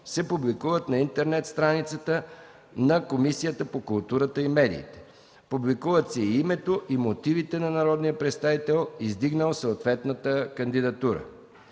се публикуват на интернет страницата на Комисията по културата и медиите. Публикуват се и името, и мотивите на народния представител, издигнал съответната кандидатура.